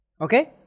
okay